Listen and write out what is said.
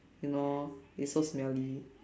you know you so smelly